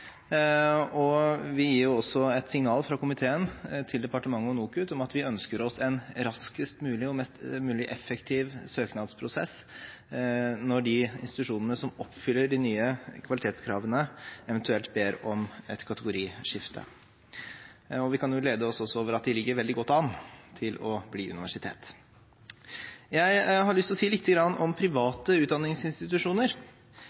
i komiteen gir også et signal til departementet og NOKUT om at vi ønsker oss en raskest mulig og mest mulig effektiv søknadsprosess når de institusjonene som oppfyller de nye kvalitetskravene, eventuelt ber om et kategoriskifte. Vi kan også glede oss over at de ligger veldig godt an til å bli universitet. Jeg har lyst å si lite grann om private utdanningsinstitusjoner.